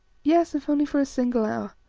yes, if only for a single hour.